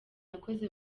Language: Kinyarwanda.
yakoze